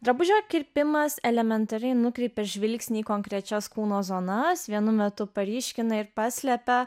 drabužio kirpimas elementari nukreipė žvilgsnį į konkrečias kūno zonas vienu metu paryškina ir paslepia